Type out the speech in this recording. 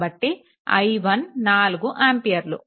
కాబట్టి i1 4 ఆంపియర్లు